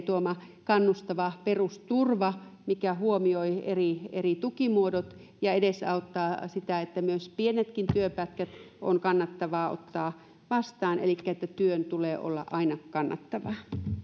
tuoma kannustava perusturva mikä huomioi eri eri tukimuodot ja edesauttaa sitä että myös pienet työpätkät on kannattavaa ottaa vastaan elikkä työn tulee olla aina kannattavaa